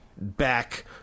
back